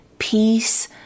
Peace